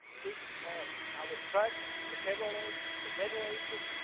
big corrals, our trucks, the chevrolets, the generators,